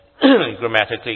grammatically